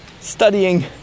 studying